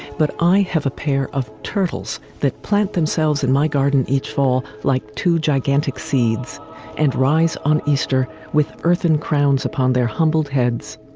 but i have a pair of turtles that plant themselves in my garden each fall like two gigantic seeds and rise on easter with earthen crowns upon their humbled heads.